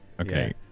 Okay